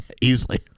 Easily